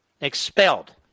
Expelled